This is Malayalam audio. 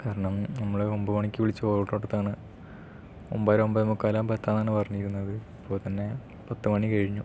കാരണം നമ്മൾ ഒൻപതു മണിക്ക് വിളിച്ച് ഓർഡർ കൊടുത്തതാണ് ഒമ്പതര ഒൻപതെ മുക്കാൽ ആകുമ്പോൾ എത്താം എന്നാണ് പറഞ്ഞിരുന്നത് ഇപ്പോൾ തന്നെ പത്തു മണി കഴിഞ്ഞു